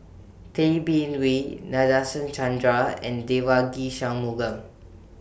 Tay Bin Wee Nadasen Chandra and Devagi Sanmugam